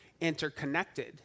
interconnected